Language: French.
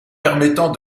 permettant